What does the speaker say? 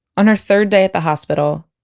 on her third day at the hospital,